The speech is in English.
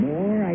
More